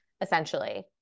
essentially